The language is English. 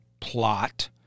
plot